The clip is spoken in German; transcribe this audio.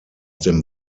dem